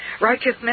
Righteousness